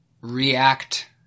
react